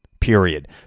Period